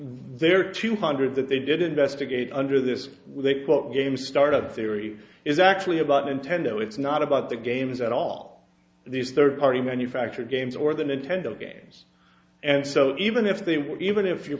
there are two hundred that they did investigate under this with a quote game start of theory is actually about nintendo it's not about the games at all these third party manufactured games or the nintendo games and so even if they were even if your